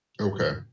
Okay